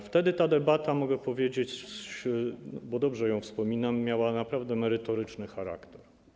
Wtedy ta debata, mogę tak powiedzieć, bo dobrze ją wspominam, miała naprawdę merytoryczny charakter.